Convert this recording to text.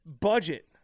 budget